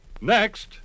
Next